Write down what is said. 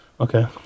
Okay